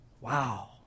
Wow